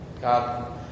God